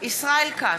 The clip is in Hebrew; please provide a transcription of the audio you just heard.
ישראל כץ,